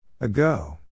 Ago